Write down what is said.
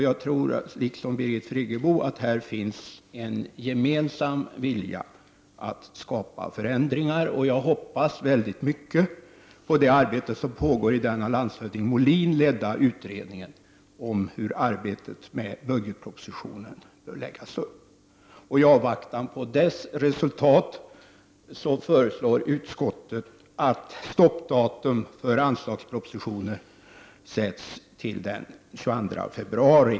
Liksom Birgit Friggebo tror jag att det finns en gemensam vilja att ändra, och jag hoppas väldigt mycket på det arbete som pågår i den av landshövding Molin ledda utredningen om hur arbetet med budgetpropositionen bör läggas upp. I avvaktan på resultatet av utredningen föreslår utskottet att stoppdatum för anslagspropositioner sätts till den 22 februari.